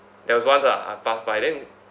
there was once lah I pass by then